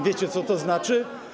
Wiecie, co to znaczy?